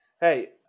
Hey